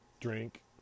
drink